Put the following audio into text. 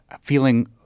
feeling